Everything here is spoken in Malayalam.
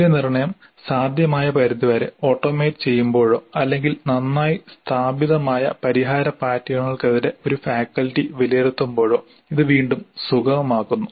മൂല്യനിർണ്ണയം സാധ്യമായ പരിധിവരെ ഓട്ടോമേറ്റ് ചെയ്യുമ്പോഴോ അല്ലെങ്കിൽ നന്നായി സ്ഥാപിതമായ പരിഹാര പാറ്റേണുകൾക്കെതിരെ ഒരു ഫാക്കൽറ്റി വിലയിരുത്തുമ്പോഴോ ഇത് വീണ്ടും സുഗമമാക്കുന്നു